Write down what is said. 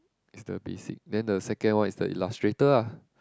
it's the basic then the second one is the Illustrator ah